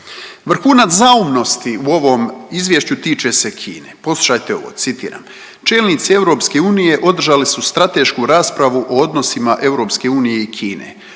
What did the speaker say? Vrhunac zaumnosti u ovom izvješću tiče se Kine, poslušajte ovo, citiram „Čelnici EU održali su stratešku raspravu o odnosima EU i Kine